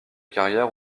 carrière